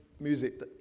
music